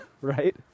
right